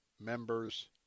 members